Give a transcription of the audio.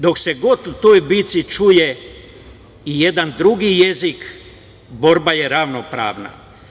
Dok se god toj bici čuje i jedan drugi jezik, borba je ravnopravna.